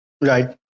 Right